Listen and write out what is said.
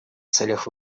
целях